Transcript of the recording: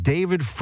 David